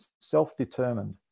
self-determined